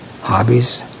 hobbies